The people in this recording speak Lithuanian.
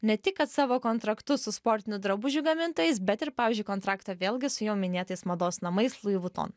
ne tik kad savo kontraktus su sportinių drabužių gamintojais bet ir pavyzdžiui kontraktą vėlgi su jau minėtais mados namais louis vuitton